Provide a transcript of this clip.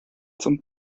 zum